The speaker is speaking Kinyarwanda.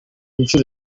nshuro